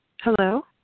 Hello